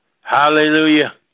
Hallelujah